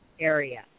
area